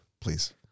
Please